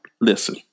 listen